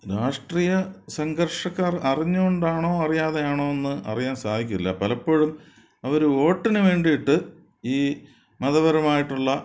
രാഷ്ട്രീയ സംഘർഷക്കാര് അറിഞ്ഞുകൊണ്ടാണോ അറിയാതെയാണോ എന്ന് അറിയാൻ സാധിക്കില്ല പലപ്പോഴും അവര് വോട്ടിനുവേണ്ടിയിട്ട് ഈ മതപരമായിട്ടുള്ള